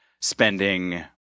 spending